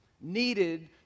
needed